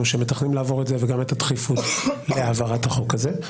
שמתכננים להעביר את זה וגם את הדחיפות להעברת החוק הזה.